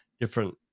different